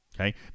Okay